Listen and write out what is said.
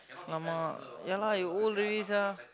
mama ya lah you old already sia